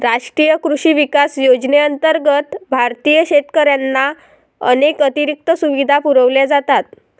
राष्ट्रीय कृषी विकास योजनेअंतर्गत भारतीय शेतकऱ्यांना अनेक अतिरिक्त सुविधा पुरवल्या जातात